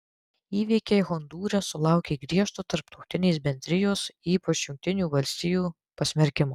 įvykiai hondūre sulaukė griežto tarptautinės bendrijos ypač jungtinių valstijų pasmerkimo